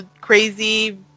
crazy